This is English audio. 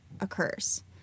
occurs